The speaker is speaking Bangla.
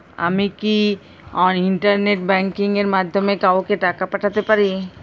আমি কি ইন্টারনেট ব্যাংকিং এর মাধ্যমে কাওকে টাকা পাঠাতে পারি?